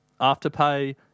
Afterpay